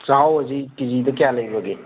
ꯆꯥꯛꯍꯥꯎꯁꯤ ꯀꯦꯖꯤꯗ ꯀꯌꯥ ꯂꯩꯈ꯭ꯔꯒꯦ